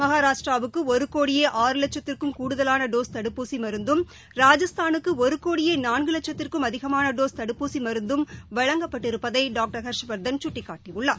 மகாராஷ்டராவுக்குஒருகோடியே லட்சத்திற்கும் கூடுதலானடோஸ் தடுப்பூசிமருந்தும் ராஜஸ்தானுக்குஒருகோடியேநான்குவட்சத்திற்கும் அதிகமானடோஸ் தடுப்பூசிமருந்தம் வழங்கப்பட்டிருப்பதைடாக்டர் ஹர்ஷ்வர்தன் சுட்டிக்காட்டியுள்ளார்